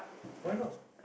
why not